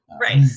Right